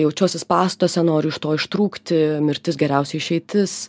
jaučiuosi spąstuose noriu iš to ištrūkti mirtis geriausia išeitis